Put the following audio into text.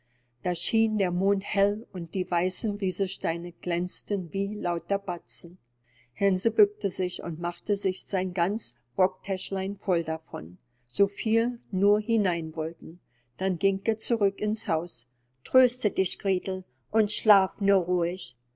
da schien der mond hell und die weißen rieselsteine glänzten wie lauter batzen hänsel bückte sich und machte sich sein ganz rocktäschlein voll davon so viel nur hinein wollten dann ging er zurück ins haus tröste dich gretel und schlaf nur ruhig